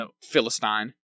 Philistine